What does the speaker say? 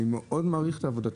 אני מאוד מעריך את העבודה,